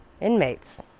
Inmates